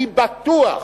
אני בטוח,